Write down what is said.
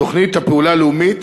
תוכנית הפעולה הלאומית